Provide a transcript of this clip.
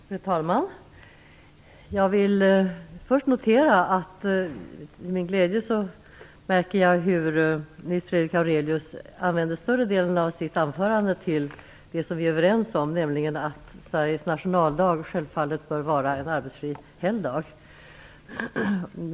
Fru talman! Jag vill först till min glädje notera att Nils Fredrik Aurelius använder större delen av sitt anförande till det som vi är överens om, nämligen att Sveriges nationaldag självfallet bör vara en arbetsfri helgdag.